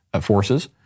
forces